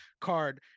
card